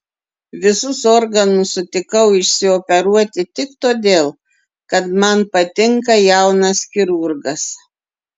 visus organus sutikau išsioperuoti tik todėl kad man patinka jaunas chirurgas